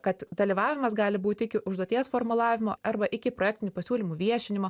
kad dalyvavimas gali būti iki užduoties formulavimo arba iki projektinių pasiūlymų viešinimo